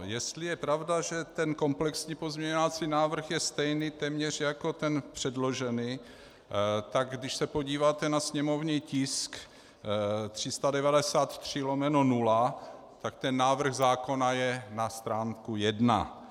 Jestli je pravda, že komplexní pozměňovací návrh je stejný téměř jako ten předložený, tak když se podíváte na sněmovní tisk 393/0, tak návrh zákona je na stránku jedna.